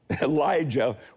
Elijah